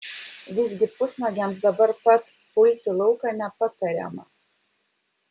visgi pusnuogiams dabar pat pulti lauką nepatariama